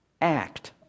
Act